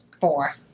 Four